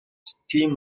steam